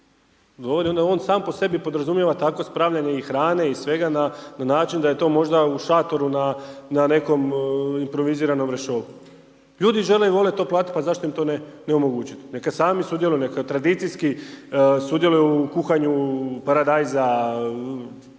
on sam po sebi podrazumijeva tako spravljanje i hrane i svega na način da je to možda u šatoru na nekom improviziranom rešou. Ljudi žele i vole to platiti pa zašto im to ne omogućiti. Neka sami sudjeluju neka tradicijski sudjeluju u kuhanju paradajza,